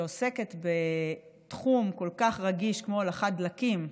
שעוסקת בתחום כל כך רגיש כמו הולכת דלקים,